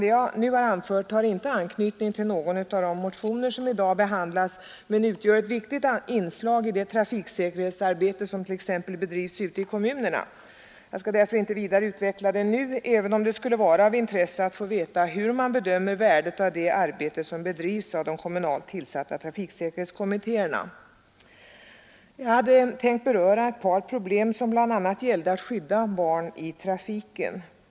Det jag nu har anfört har inte anknytning till någon av de motioner som i dag behandlas men utgör ett viktigt inslag i det trafiksäkerhetsarbete som t.ex. bedrivs ute i kommunerna. Jag skall därför inte vidare utveckla det nu, även om det skulle vara av intresse att få veta hur man bedömer värdet av det arbete som bedrivs av de kommunalt tillsatta trafiksäkerhetskommittéerna. Jag hade först tänkt beröra ett par problem som bl.a. gäller att skydda barn i trafiken.